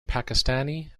pakistani